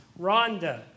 Rhonda